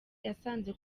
yasanze